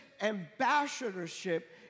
ambassadorship